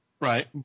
Right